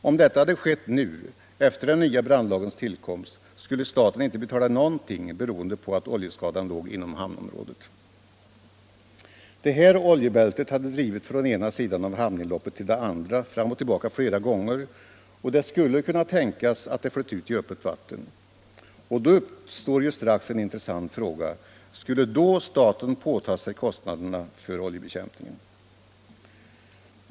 Om detta hade skett nu, efter den nya brandlagens tillkomst, skulle staten inte betala någonting, beroende på att oljeskadan låg inom hamnområdet. Oljebältet hade drivit fram och tillbaka flera gånger från den ena sidan av hamninloppet till den andra, och det skulle ha kunnat tänkas att det flutit ut i öppet vatten. Då uppställer sig strax en intressant fråga: Skulle staten då påta sig kostnaderna för oljebekämpningen?